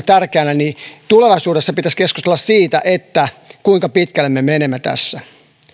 tärkeänä niin tulevaisuudessa pitäisi keskustella siitä kuinka pitkälle me menemme tässä